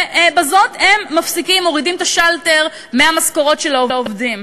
ובזאת הם מורידים את השלטר מהמשכורות של העובדים.